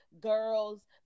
girls